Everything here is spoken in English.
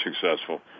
successful